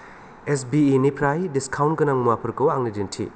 S B I निफ्राय discount गोनां मुवाफोरखौ आंनो दिन्थि